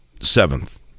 seventh